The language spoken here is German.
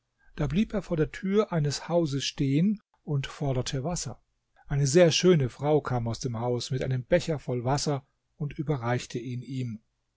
da blieb er vor der tür eines hauses stehen und forderte wasser eine sehr schöne frau kam aus dem haus mit einem becher voll wasser und überreichte ihn ihm